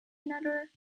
another